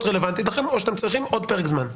רלוונטית או שאתם צריכים עוד פרק זמן.